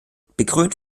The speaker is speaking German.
bekrönt